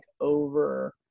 over